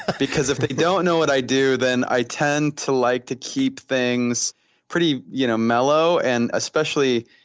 ah because if they don't know what i do then i tend to like to keep things pretty, you know, mellow. and especially,